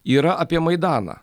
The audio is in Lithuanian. yra apie maidaną